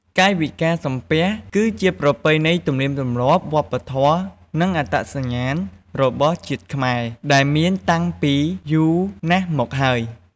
កាយវិការសំពះ គីជាប្រពៃណី ទំនៀមទម្លាប់ វប្បធម៌ និងអត្តសញ្ញាណរបស់ជាតិខ្មែរ ដែលមានតាំងពីយូរណាស់មកហើយ។